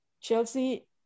Chelsea